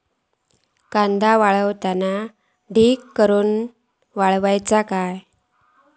कांदो वाळवताना ढीग करून हवो काय?